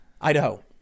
Idaho